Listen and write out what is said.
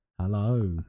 Hello